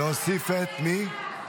להוסיף את מי?